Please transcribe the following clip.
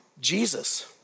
Jesus